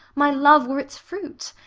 my love, were its fruit!